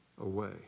away